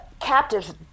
captives